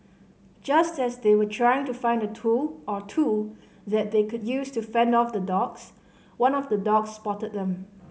just as they were trying to find a tool or two that they could use to fend off the dogs one of the dogs spotted them